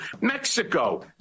Mexico